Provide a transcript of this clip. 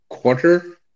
quarter